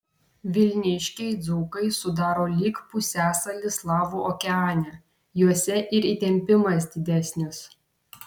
vilniškiai dzūkai sudaro lyg pusiasalį slavų okeane juose ir įtempimas didesnis